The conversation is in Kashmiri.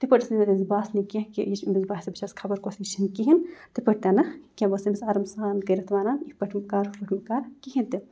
تِتھ پٲٹھۍ اوس نہٕ تٔمِس دِوان باسنہٕ کینٛہہ کہِ یہِ چھِ تٔمِس باسہِ بہٕ چھَس خبر کۄس مےٚ چھِنہٕ کِہیٖنۍ تِتھ پٲٹھۍ تِنہٕ کینٛہہ بہٕ ٲسٕس تٔمِس آرام سان کٔرِتھ وَنان یِتھ پٲٹھۍ ہُہ کَر یِتھ پٲٹھۍ ہُہ کَر کِہیٖنۍ تہِ